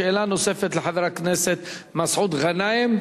שאלה נוספת לחבר הכנסת מסעוד גנאים,